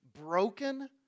broken